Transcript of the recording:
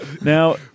Now